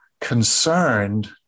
concerned